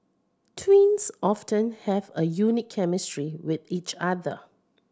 twins often have a unique chemistry with each other